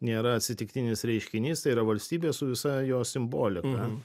nėra atsitiktinis reiškinys tai yra valstybė su visa jos simbolika